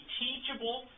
teachable